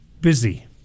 Busy